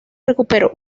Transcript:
recuperó